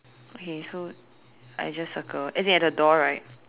okay so I just circle as in at the door right